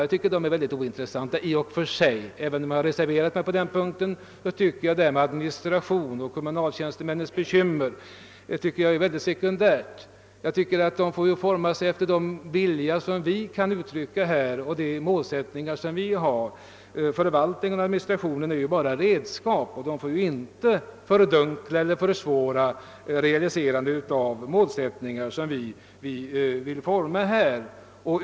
Jag tycker att de är synnerligen ointressanta i och för sig. Även om jag har reserverat mig på den punkten anser jag att administrationen och kommunaltjänstemännens bekymmer är sekundära problem. De som skall handlägga dessa frågor i praktiken får foga sig efter den vilja vi kan uttrycka och den målsättning vi har. Förvaltning och administration är bara redskap och får inte fördunkla eller försvåra realiserandet av våra målsättningar.